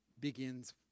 Begins